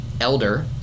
elder